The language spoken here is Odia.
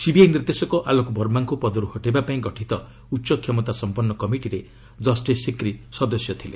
ସିବିଆଇ ନିର୍ଦ୍ଦେଶକ ଆଲୋକ ବର୍ମାଙ୍କୁ ପଦରୁ ହଟାଇବା ପାଇଁ ଗଠିତ ଉଚ୍ଚକ୍ଷମତା ସମ୍ପନ୍ନ କମିଟିରେ କଷ୍ଟିସ୍ ସିକ୍ରି ସଦସ୍ୟ ଥିଲେ